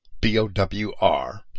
B-O-W-R